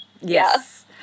yes